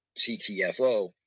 CTFO